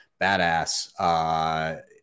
badass